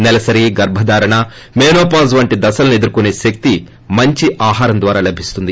నెలసరి గర్బధారణ మెనోపాజ్ వంటి దశల్పి ఎదుర్కోనే శక్తి మంచి ఆహారం ద్వారా లభిస్తుంది